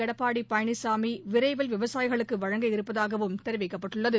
எடப்பாடி பழனிசாமி விரைவில் விவசாயிகளுக்கு வழங்க இருப்பதாகவும் தெரிவிக்கப்பட்டுள்ளது